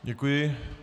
Děkuji.